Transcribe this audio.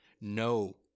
No